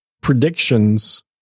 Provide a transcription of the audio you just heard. predictions